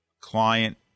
client